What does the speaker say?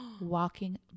walking